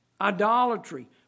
idolatry